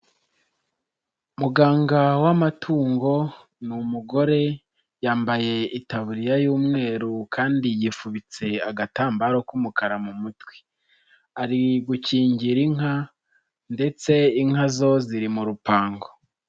Muganga w'amatungo ni umugore yambaye itaburiya y'umweru kandi yifubitse agatambaro k'umukara mu mutwe, ari gukingira inka ndetse inka zo ziri mu rupango.